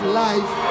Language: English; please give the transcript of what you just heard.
life